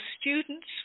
students